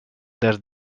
des